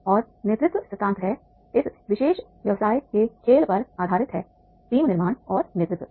और नेतृत्व सिद्धांत हैं इस विशेष व्यवसाय के खेल पर आधारित है टीम निर्माण और नेतृत्व